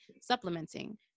supplementing